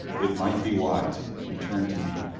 it might be wise. he turned to me.